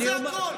זה הכול.